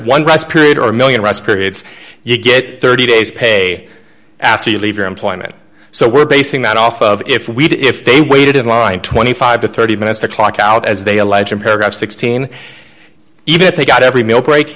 one rest period or a one million rest periods you get thirty days pay after you leave your employment so we're basing that off of if we did if they waited in line twenty five to thirty minutes to clock out as they allege and paragraph sixteen even if they got every bill break